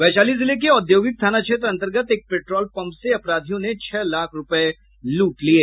वैशाली जिले के औद्योगिक थाना क्षेत्र अंतर्गत एक पेट्रोल पंप से अपराधियों ने छह लाख रूपये लूट लिये